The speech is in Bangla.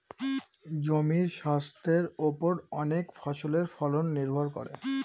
জমির স্বাস্থের ওপর অনেক ফসলের ফলন নির্ভর করে